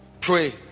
pray